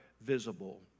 visible